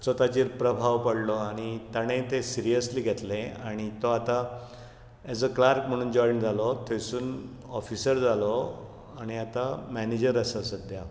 हाचो ताजेर प्रभाव पडलो आनी ताणें तें सिरयसली घेतलें आनी तो आतां एझ अ क्लार्क म्हणून जॉयन जालो थंयसून ऑफिसर जालो आनी आतां मॅनेजर आसा सद्या